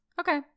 Okay